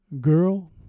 girl